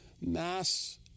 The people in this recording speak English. mass